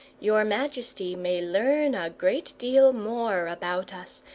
your majesty may learn a great deal more about us,